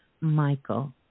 Michael